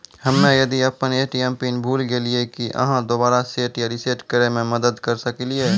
हम्मे यदि अपन ए.टी.एम पिन भूल गलियै, की आहाँ दोबारा सेट या रिसेट करैमे मदद करऽ सकलियै?